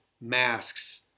masks